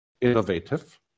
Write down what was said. innovative